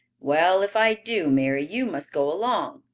well, if i do, mary, you must go along,